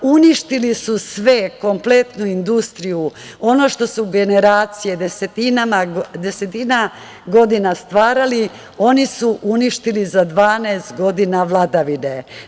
Uništili su sve, kompletnu industriju, ono što su generacije desetinama godina stvarali, oni su uništili za 12 godina vladavine.